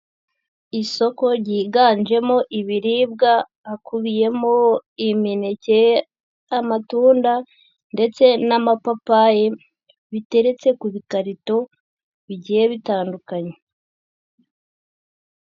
Isoko ryiganjemo ibiribwa hakubiyemo imineke, amatunda ndetse n'amapapayi biteretse ku bikarito bigiye bitandukanye.